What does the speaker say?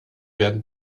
werden